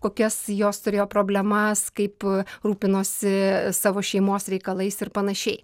kokias jos turėjo problemas kaip rūpinosi savo šeimos reikalais ir panašiai